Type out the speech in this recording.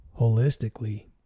holistically